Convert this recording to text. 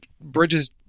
bridges